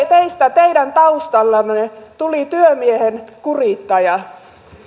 teistä teidän taustallanne tuli työmiehen kurittaja